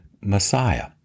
Messiah